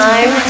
Time